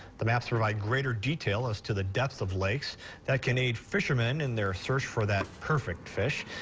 the maps provide greater detail as to the depths of lakes that can aid fisherman in their search for that perfect fish.